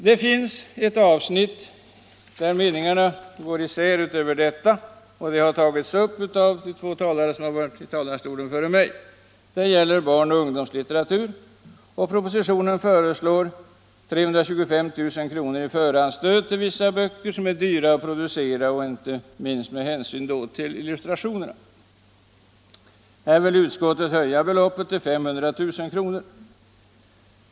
Det finns ett annat avsnitt där meningarna också går isär — och det har tagits upp av de två talare som varit uppe före mig — nämligen barnoch ungdomslitteratur. Propositionen föreslår 325 000 kr. i förhandsstöd till vissa böcker som är dyra att producera, inte minst med hänsyn till illustrationerna. Utskottet vill höja beloppet till 500 000 kr.